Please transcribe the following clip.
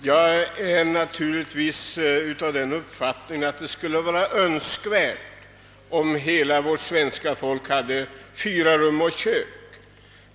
Herr talman! Det skulle naturligtvis vara Önskvärt om hela svenska folket hade fyrarumslägenheter.